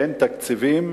אין תקציבים